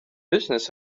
business